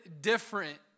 different